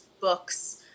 books